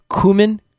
cumin